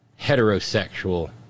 heterosexual